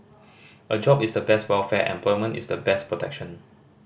a job is the best welfare employment is the best protection